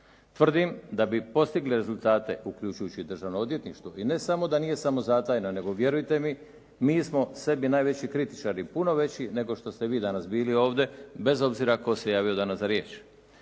Tvrdim da bi postigli rezultate uključujući Državno odvjetništvo i ne samo da nije samozatajno nego vjerujte mi, mi smo sebi najveći kritičari, puno veći nego što ste vi danas bili ovdje, bez obzira tko se javio danas za riječ.